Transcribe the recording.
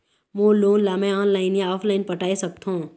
मोर loan ला मैं online या ऑफलाइन पटाए सकथों?